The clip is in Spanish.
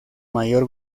mayor